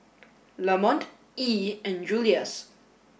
Lamont Yee and Juluis